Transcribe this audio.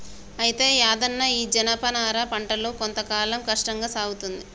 అయితే యాదన్న ఈ జనపనార పంటలో కొంత కాలం కష్టంగా సాగుతుంది